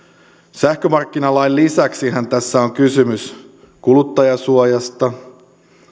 sähkömarkkinalain lisäksihän tässä on kysymys kuluttajansuojasta